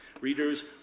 Readers